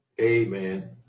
Amen